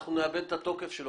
אנחנו נאבד את התוקף של החוק,